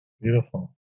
Beautiful